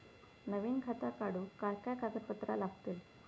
नवीन खाता काढूक काय काय कागदपत्रा लागतली?